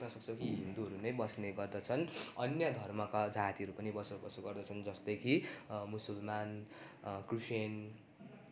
देख्न सक्छौँ कि हिन्दूहरू नै बस्ने गर्दछन् अन्य धर्मका जातिहरू पनि बसोबासो गर्दछन् जस्तै कि मुसलमान क्रिस्टियन